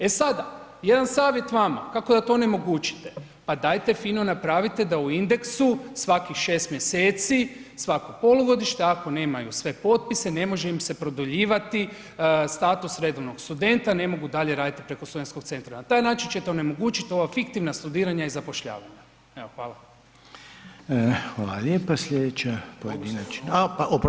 E sada, jedan savjet vama kako to da onemogućite, pa dajte fino napravite da u indeksu svakih 6 mjeseci, svako polugodište ako nemaju sve potpise, ne može im se produljivati status redovnog studenta, ne mogu dalje raditi preko studentskog centra, na taj način ćete onemogućit ova fiktivna studiranja i zapošljavanja, evo hvala.